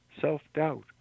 self-doubt